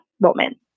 moment